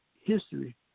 history